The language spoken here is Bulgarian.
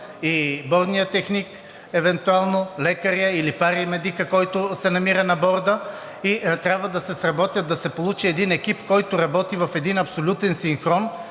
и бордният техник, евентуално лекарят или парамедикът, който се намира на борда, трябва да се сработят, да се получи един екип, който работи в един абсолютен синхрон.